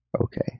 Okay